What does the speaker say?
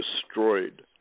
destroyed